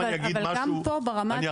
אני לא מדבר על הרמה המבצעית.